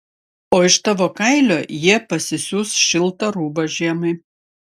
o iš tavo kailio jie pasisiūs šiltą rūbą žiemai